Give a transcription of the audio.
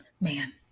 man